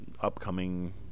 upcoming